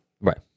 Right